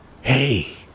Hey